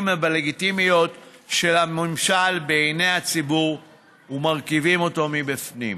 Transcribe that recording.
בלגיטימיות של הממשל בעיני הציבור ומרקיבות אותו מבפנים.